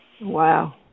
Wow